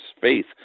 faith